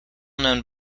known